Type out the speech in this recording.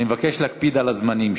אני מבקש להקפיד על הזמנים.